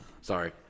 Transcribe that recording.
Sorry